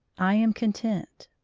i am content.